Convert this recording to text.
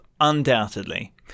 undoubtedly